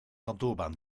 kantoorbaan